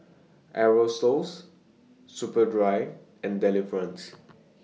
Aerosoles Superdry and Delifrance